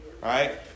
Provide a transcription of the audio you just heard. right